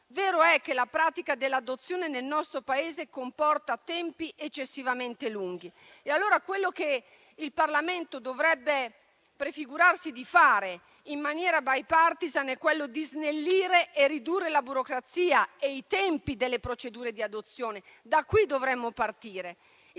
Vero è che la pratica dell'adozione nel nostro Paese comporta tempi eccessivamente lunghi. Ma, allora, quello che il Parlamento dovrebbe prefigurarsi di fare in maniera *bipartisan* è snellire e ridurre la burocrazia e i tempi delle procedure di adozione. Da qui dovremmo partire: